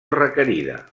requerida